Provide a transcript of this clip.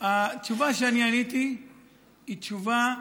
התשובה שאני עניתי היא תשובה ברורה,